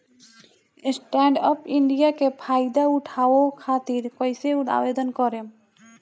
Stand up India के फाइदा उठाओ खातिर कईसे आवेदन करेम?